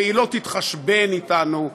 והיא לא תתחשבן אתנו,